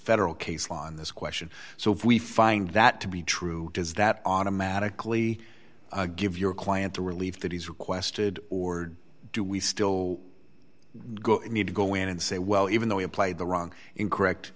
federal case law on this question so if we find that to be true does that automatically give your client the relief that he's requested or do we still go need to go in and say well even though you played the wrong incorrect